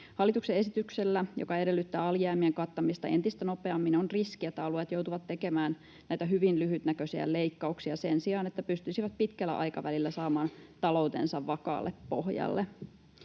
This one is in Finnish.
Hallituksen esityksellä, joka edellyttää alijäämien kattamista entistä nopeammin, on riski, että alueet joutuvat tekemään näitä hyvin lyhytnäköisiä leikkauksia sen sijaan, että pystyisivät pitkällä aikavälillä saamaan taloutensa vakaalle pohjalle.